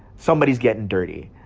somebody's getting dirty.